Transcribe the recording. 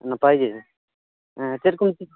ᱱᱟᱯᱟᱭ ᱜᱮ ᱪᱮᱫ ᱠᱚᱢ